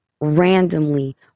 randomly